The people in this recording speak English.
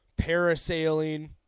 parasailing